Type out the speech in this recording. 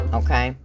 okay